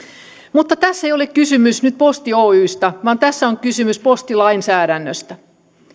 mutta tässä ei ole kysymys nyt posti oystä vaan tässä on kysymys postilainsäädännöstä